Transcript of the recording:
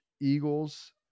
Eagles